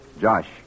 Josh